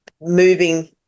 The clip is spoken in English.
moving